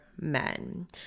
men